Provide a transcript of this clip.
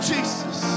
Jesus